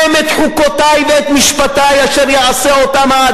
רק הצ'רקסים לא בקבוצה שלכם.